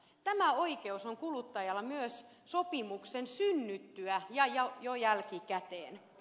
tämä oikeus on kuluttajalla myös sopimuksen synnyttyä ja jälkikäteen